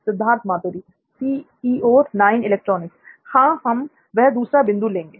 सिद्धार्थ मातुरी हां हम वह दूसरा बिंदु लेंगे